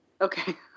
okay